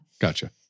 Gotcha